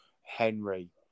Henry